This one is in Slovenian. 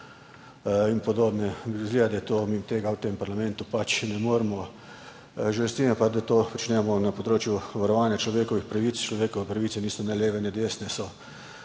in podobne. Izgleda, da mimo tega v tem parlamentu pač ne moremo, žalosti me pa, da to počnemo na področju varovanja človekovih pravic. Človekove pravice niso ne leve ne desne, so